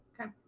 okay